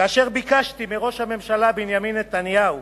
כאשר ביקשתי מראש הממשלה בנימין נתניהו